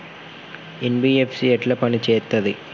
NBFC ఎట్ల పని చేత్తది?